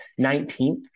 19th